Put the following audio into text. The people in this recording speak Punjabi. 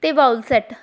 ਅਤੇ ਬਾਊਲ ਸੈੱਟ